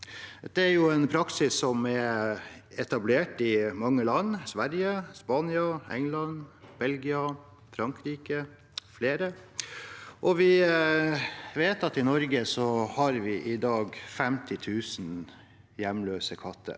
Det er en praksis som er etablert i mange land – Sverige, Spania, England, Belgia, Frankrike og flere. Vi vet at i Norge har vi i dag 50 000 hjemløse katter.